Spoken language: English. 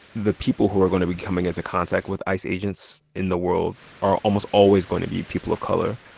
the people who are going to be coming into contact with ice agents in the world are almost always going to be people of color.